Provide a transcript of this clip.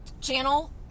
channel